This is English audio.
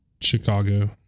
Chicago